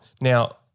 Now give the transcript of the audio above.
Now